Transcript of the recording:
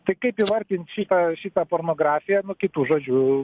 tai kaip įvardint šitą šitą pornografiją nu kitu žodžiu